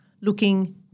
looking